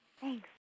Thanks